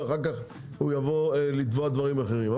ואז יבוא לתבוע דברים אחרים.